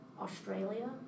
Australia